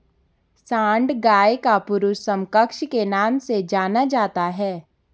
सांड गाय का पुरुष समकक्ष के नाम से जाना जाता है